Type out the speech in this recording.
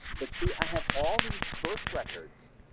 but see, i have all these birth records.